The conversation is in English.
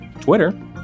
Twitter